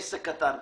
לעסק קטן,